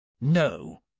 No